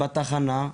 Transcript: בתחנה,